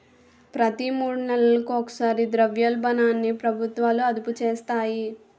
ప్రతి మూడు నెలలకు ఒకసారి ద్రవ్యోల్బణాన్ని ప్రభుత్వాలు అదుపు చేస్తాయి